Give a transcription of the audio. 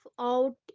Out